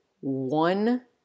one